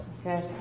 Okay